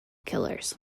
killers